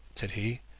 said he.